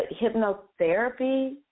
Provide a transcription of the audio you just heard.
hypnotherapy